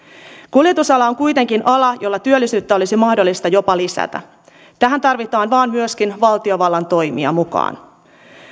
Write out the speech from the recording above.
kuljetusala on kuitenkin ala jolla työllisyyttä olisi mahdollista jopa lisätä tähän tarvitaan vain myöskin valtiovallan toimia mukaan